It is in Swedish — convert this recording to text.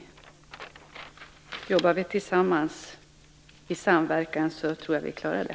Om vi jobbar tillsammans, i samverkan, så tror jag att vi klarar det.